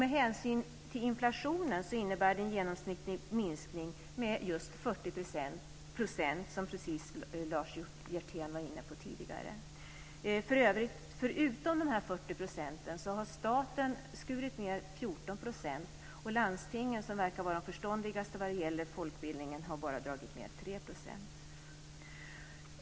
Med hänsyn till inflationen innebär det en genomsnittlig minskning med 40 %, precis som Lars Hjertén var inne på tidigare. Förutom dessa 40 % har staten skurit ned 14 %. Landstingen, som verkar vara förståndigast när det gäller folkbildningen, har bara dragit ned 3 %.